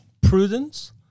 prudence